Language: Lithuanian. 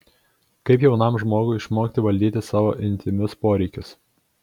kaip jaunam žmogui išmokti valdyti savo intymius poreikius